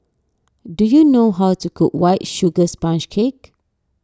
do you know how to cook White Sugar Sponge Cake